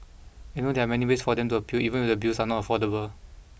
and they know there are many ways for them to appeal even if the bills are not affordable